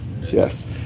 yes